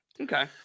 Okay